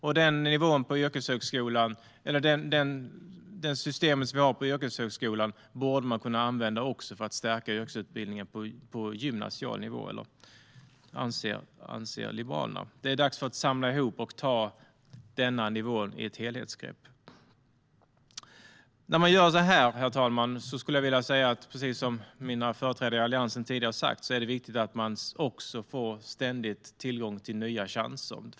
Liberalerna anser att det system vi har på yrkeshögskolan också borde kunna användas för att stärka yrkesutbildningen på gymnasial nivå. Det är dags att samla ihop och ta ett helhetsgrepp på denna nivå. Herr talman! Precis som mina företrädare i Alliansen tidigare sagt är det viktigt att man ständigt får tillgång till nya chanser.